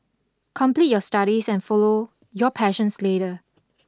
complete your studies and follow your passion later